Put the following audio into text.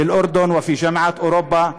בירדן ובאוניברסיטאות באירופה.